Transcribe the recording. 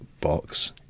box